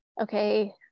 Okay